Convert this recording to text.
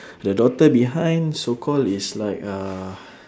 the daughter behind so call is like uh